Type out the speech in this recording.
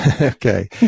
Okay